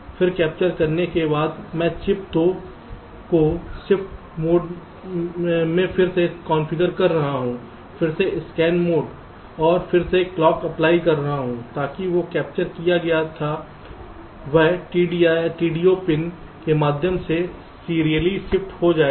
फिर कैप्चर करने के बाद मैं चिप 2 को शिफ्ट मोड में फिर से कॉन्फ़िगर कर रहा हूं फिर से स्कैन मोड और फिर से क्लॉक अप्लाई कर रहा हूं ताकि जो यह कैप्चर किया गया था वह TDO पिन के माध्यम से सीरियलली शिफ्ट हो जाएगा